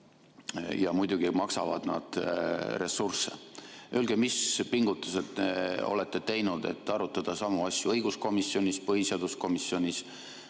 ja muidugi kulutavad nad ressursse. Öelge, mis pingutusi te olete teinud, et arutada samu asju õiguskomisjonis, põhiseaduskomisjonis,